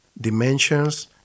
Dimensions